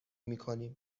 میکنیم